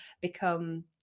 become